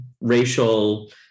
racial